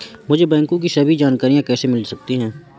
मुझे बैंकों की सभी जानकारियाँ कैसे मिल सकती हैं?